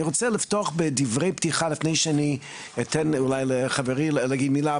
אני רוצה לפתוח בדברי פתיחה לפני שאני אתן אולי לחברי להגיד מילה.